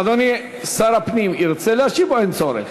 אדוני שר הפנים ירצה להשיב או אין צורך?